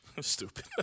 Stupid